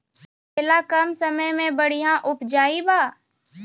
करेला कम समय मे बढ़िया उपजाई बा?